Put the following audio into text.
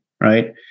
Right